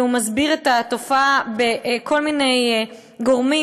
והוא מסביר את התופעה בכל מיני גורמים,